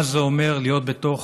מה זה אומר להיות בתוך,